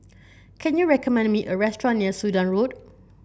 can you recommend me a restaurant near Sudan Road